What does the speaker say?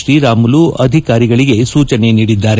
ಶ್ರೀರಾಮುಲು ಅಧಿಕಾರಿಗಳಿಗೆ ಸೂಚನೆ ನೀಡಿದ್ದಾರೆ